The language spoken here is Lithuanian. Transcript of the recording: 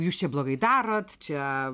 jūs čia blogai darot čia